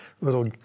little